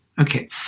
Okay